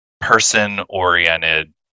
person-oriented